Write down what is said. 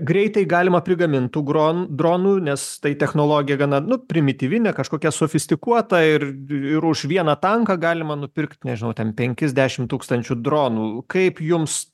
greitai galima prigamint tų gron dronų nes tai technologija gana nu primityvi ne kažkokia sufistikuota ir ir už vieną tanką galima nupirkt nežinau ten penkis dešimt tūkstančių dronų kaip jums